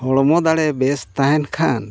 ᱦᱚᱲᱢᱚ ᱫᱟᱲᱮ ᱵᱮᱥ ᱛᱟᱦᱮᱱ ᱠᱷᱟᱱ